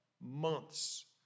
months